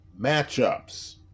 matchups